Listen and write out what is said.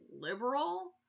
liberal